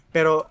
Pero